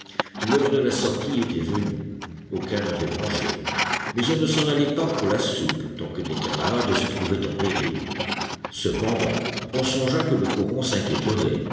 l'heure de la sortie était venue aucun n'avait mangé mais on ne s'en allait pas pour la soupe tant que des camarades se trouvaient en péril cependant on songea que le coron s'inquiéterait